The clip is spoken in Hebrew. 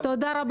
טוב, תודה רבה.